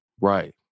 Right